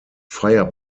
fire